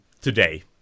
today